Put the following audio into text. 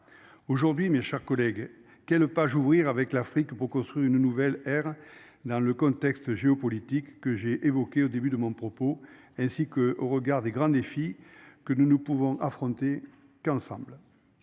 Aujourd'hui, mes chers collègues. Quelle page ouvrir avec l'Afrique pour construire une nouvelle ère dans le contexte géopolitique que j'ai évoquées au début de mon propos, ainsi que au regard des grands défis que nous ne pouvons affronter qu'ensemble.